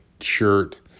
shirt